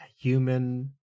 human